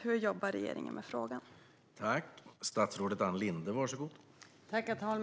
Hur jobbar med regeringen med den här frågan, Ann Linde?